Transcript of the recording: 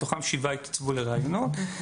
מתוכם שבעה התייצבו לריאיונות,